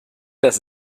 dass